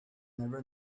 never